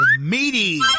meaty